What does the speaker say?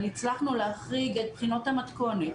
אבל הצלחנו להחריג את בחינות המתכונת